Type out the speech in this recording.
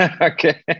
Okay